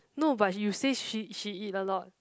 no but you say she she eat a lot